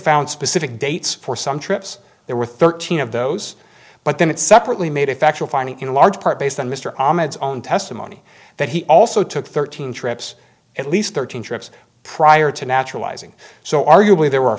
found specific dates for some trips there were thirteen of those but then it separately made a factual finding in large part based on mr ahmed's own testimony that he also took thirteen trips at least thirteen trips prior to naturalizing so arguably there were